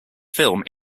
film